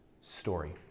story